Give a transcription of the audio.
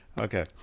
Okay